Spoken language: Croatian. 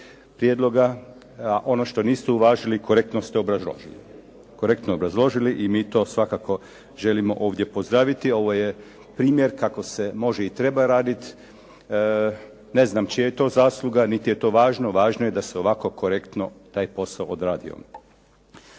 prijedloga, a ono što niste uvažili korektno ste obrazložili i mi to svakako želimo ovdje pozdraviti. Ovo je primjer kako se može i treba raditi. Ne znam čija je to zasluga, niti je to važno. Važno je da se ovako korektno taj posao odradio.